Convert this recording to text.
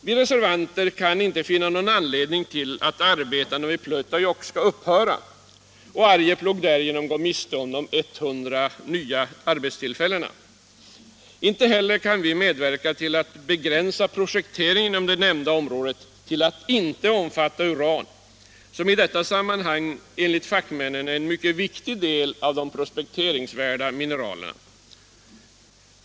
Vi reservanter kan inte finna någon anledning till att arbetena i Pleutajokk skall upphöra och Arjeplog därigenom gå miste om de 100 nya arbetstillfällena. Inte heller kan vi medverka till att begränsa prospekteringen inom det nämnda området till att inte omfatta uran, som i detta sammanhang enligt fackmännen är en mycket viktig del av de prospekteringsvärda mineralerna.